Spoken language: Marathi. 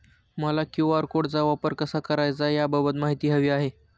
मला क्यू.आर कोडचा वापर कसा करायचा याबाबत माहिती हवी आहे